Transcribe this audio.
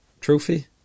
trophy